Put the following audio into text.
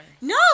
No